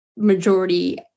Majority